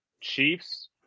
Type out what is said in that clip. Chiefs